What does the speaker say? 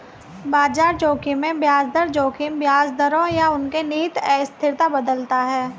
बाजार जोखिम में ब्याज दर जोखिम ब्याज दरों या उनके निहित अस्थिरता बदलता है